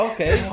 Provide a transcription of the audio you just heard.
Okay